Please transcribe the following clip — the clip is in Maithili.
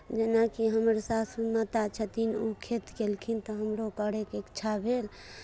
जेनाकि हमर सासू माता छथिन ओ खेत केलखिन तऽ हमरो करैके इच्छा भेल